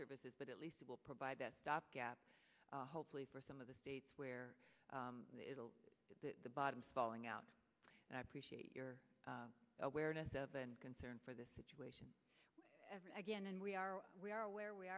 services but at least it will provide that stopgap hopefully for some of the states where it'll get to the bottom falling out and i appreciate your awareness of and concern for this situation again and we are we are aware we